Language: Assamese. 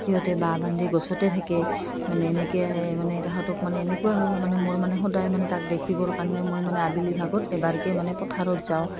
সিহঁতে বাহ বান্ধি গছতে থাকে মানে এনেকৈ মানে তাহাঁতক মানে এনেকুৱা হ'ল মানে মোৰ মানে সদায় মানে তাক দেখিবৰ কাৰণে মই মানে আবেলি ভাগত এবাৰকৈ মানে পথাৰত যাওঁ